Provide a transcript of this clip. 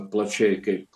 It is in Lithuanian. plačiai kaip